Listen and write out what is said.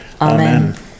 Amen